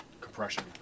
compression